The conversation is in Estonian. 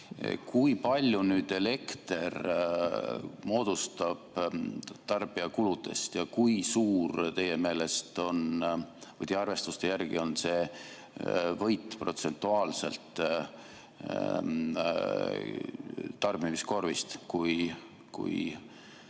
Kui palju elekter moodustab tarbijakuludest ja kui suur teie arvestuste järgi on see võit protsentuaalselt tarbimiskorvist, kui